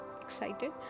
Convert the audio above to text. excited